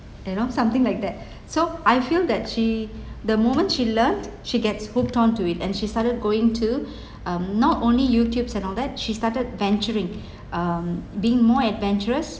you know something like that so I feel that she the moment she learnt she gets hooked onto it and she started going to um not only Youtubes and all that she started venturing um being more adventurous